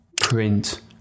print